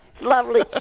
lovely